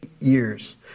years